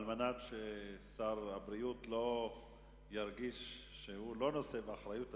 כדי ששר הבריאות לא ירגיש שהוא לא נושא באחריות,